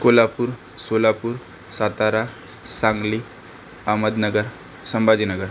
Kolhapur Solapur Satara Sangli Ahmednagar Sambhajinagar